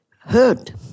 heard